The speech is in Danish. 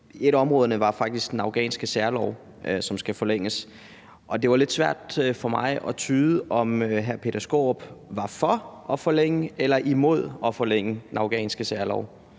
af områderne var faktisk den afghanske særlov, som skal forlænges. Og det var lidt svært for mig at tyde, om hr. Peter Skaarup var for at forlænge eller imod at forlænge den afghanske særlov.